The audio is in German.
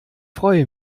freue